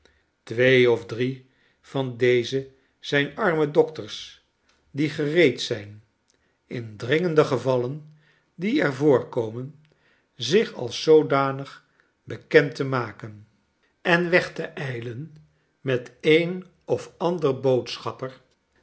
twee of drie v an dezen zijn arme dokters die gereed zijn in dringende gevallen die er voorkomen zich als zoodanig bekend te maken en weg te ijlen met een of ander boodschapper